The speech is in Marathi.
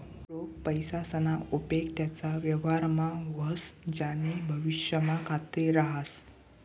रोख पैसासना उपेग त्याच व्यवहारमा व्हस ज्यानी भविष्यमा खात्री रहास